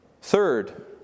Third